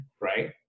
right